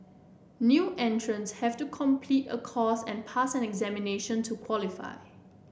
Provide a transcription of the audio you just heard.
new entrants have to complete a course and pass an examination to qualify